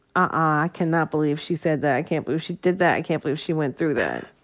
i cannot believe she said that. i can't believe she did that. i can't believe she went through that.